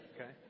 okay